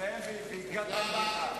תודה רבה.